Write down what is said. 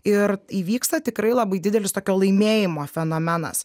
ir įvyksta tikrai labai didelis tokio laimėjimo fenomenas